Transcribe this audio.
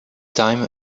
time